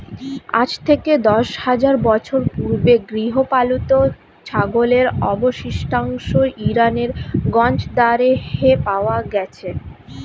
আজ থেকে দশ হাজার বছর পূর্বে গৃহপালিত ছাগলের অবশিষ্টাংশ ইরানের গঞ্জ দারেহে পাওয়া গেছে